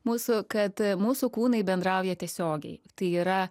mūsų kad mūsų kūnai bendrauja tiesiogiai tai yra